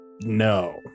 no